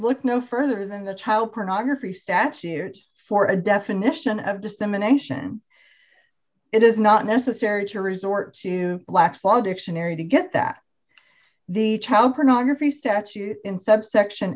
look no further than the child pornography statute for a definition of dissemination it is not necessary to resort to black's law dictionary to get that the child pornography statute in subsection